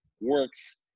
works